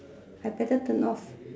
I better turn off